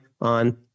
on